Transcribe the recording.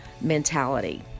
mentality